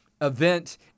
event